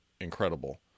incredible